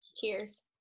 Cheers